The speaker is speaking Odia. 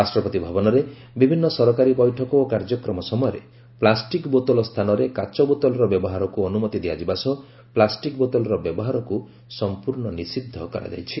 ରାଷ୍ଟ୍ରପତି ଭବନରେ ବିଭିନ୍ନ ସରକାରୀ ବୈଠକ ଓ କାର୍ଯ୍ୟକ୍ରମ ସମୟରେ ପ୍ଲାଷ୍ଟିକ୍ ବୋତଲ ସ୍ଥାନରେ କାଚ ବୋତଲର ବ୍ୟବହାରକୁ ଅନୁମତି ଦିଆଯିବା ସହ ପ୍ଲାଷ୍ଟିକ୍ ବୋତଲର ବ୍ୟବହାରକୁ ସମ୍ପର୍ଷ୍ଣ ନିଷିଦ୍ଧ କରାଯାଇଛି